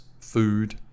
food